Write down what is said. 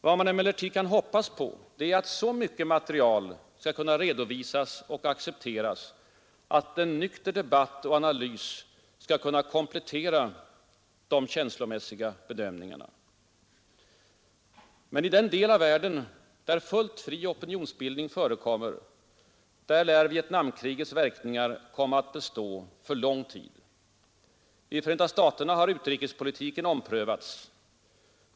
Vad man emellertid kan hoppas är att så mycket material skall kunna redovisas och accepteras, att en nykter debatt och analys skall kunna komplettera de känslomässiga bedömningarna. I den del av världen där fullt fri opinionsbildning förekommer lär Vietnamkrigets verkningar komma att bestå för lång tid. I Förenta staterna har utrikespolitiken omprövats.